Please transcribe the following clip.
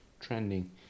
trending